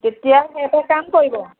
তেতিয়াও সেই এটা কাম কৰিব